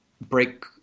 break